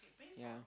yeah